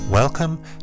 Welcome